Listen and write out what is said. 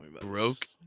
broke